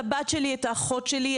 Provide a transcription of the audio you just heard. האם את האחות שלי,